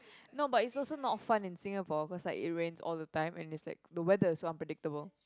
no but it's also not fun in Singapore cause like it rains all the time and it's like the weather is so unpredictable